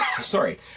sorry